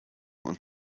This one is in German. und